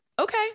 Okay